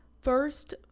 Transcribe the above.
first